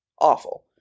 awful